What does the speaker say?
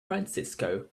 francisco